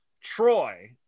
Troy